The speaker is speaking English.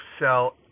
sell